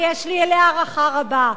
ויש לי אליה הערכה רבה.